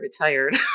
retired